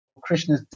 Krishna